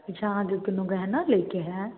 किछु आहाँके कोनो गहना लैके हइ